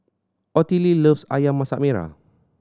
Ottilie loves Ayam Masak Merah